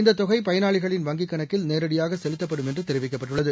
இந்த தொகை பயனாளிகளின் வங்கிக்கணக்கில் நேரடியாக செலுத்தப்படும் என்று கெரிவிக்கப்பட்டுள்ளது